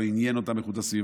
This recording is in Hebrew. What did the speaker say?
לא עניין אותם איכות הסביבה.